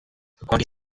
county